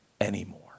anymore